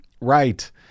right